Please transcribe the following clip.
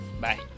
bye